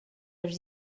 els